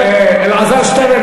אלעזר שטרן,